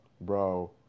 bro